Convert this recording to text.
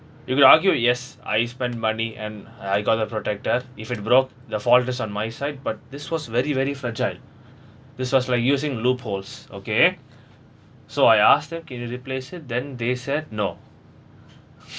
you could argue yes I spend money and I got the protector if it broke the fault is on my side but this was very very fragile this was like using loopholes okay so I ask him can you replace it then they said no